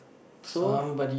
so